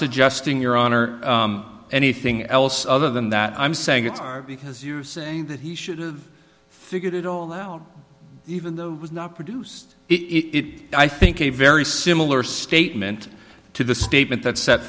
suggesting your honor anything else other than that i'm saying it's because you're saying that he should've figured it all out even though it was not produced it i think a very similar statement to the statement